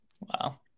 Wow